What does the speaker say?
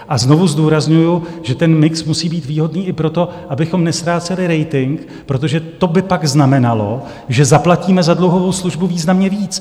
A znovu zdůrazňuji, že ten mix musí být výhodný i pro to, abychom neztráceli rating, protože to by pak znamenalo, že zaplatíme za dluhovou službu významně víc.